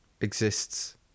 exists